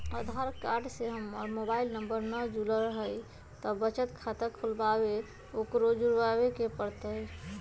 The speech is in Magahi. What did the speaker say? आधार कार्ड से हमर मोबाइल नंबर न जुरल है त बचत खाता खुलवा ला उकरो जुड़बे के पड़तई?